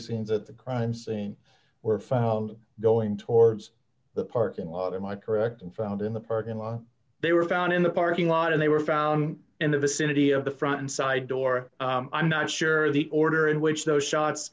casings at the crime scene were found going towards the parking lot in my correct found in the parking lot they were found in the parking lot and they were found in the vicinity of the front and side door i'm not sure the order in which those shots